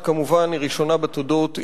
שכמובן היא ראשונה בתודות,